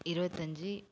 இருபத்தஞ்சி